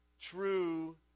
True